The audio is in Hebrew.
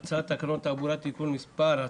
הצעת תקנות התעבורה (תיקון מס'...